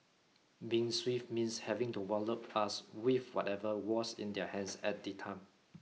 being swift means having to wallop us with whatever was in their hands at the time